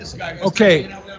Okay